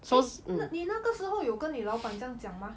eh 你那个时候有跟你老板这样讲吗